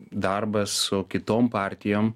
darbas su kitom partijom